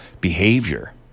behavior